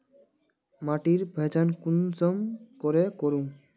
माटिर पहचान कुंसम करे करूम?